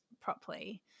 properly